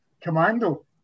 Commando